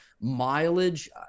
mileage